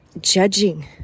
judging